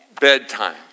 bedtime